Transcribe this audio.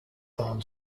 palm